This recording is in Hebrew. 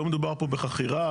לא מדובר פה בחכירה,